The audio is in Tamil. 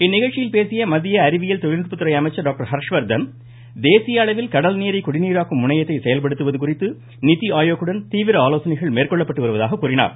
இந்நிகழ்ச்சியில் பேசிய மத்திய அறிவியல் தொழில்நுட்பத்துறை அமைச்சர் டாக்டர் ஹர்ஷ்வர்தன் தேசிய அளவில் கடல் நீரை குடிநீராக்கும் முனையத்தை செயல்படுத்துவது குறித்து நிதி மேற்கொள்ளப்பட்டு வருவதாக கூறினார்